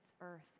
earth